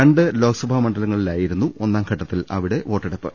രണ്ട് ലോക്സഭാ മണ്ഡലങ്ങളിലായിരുന്നു ഒന്നാംഘട്ടത്തിൽ വോട്ടെടുപ്പ്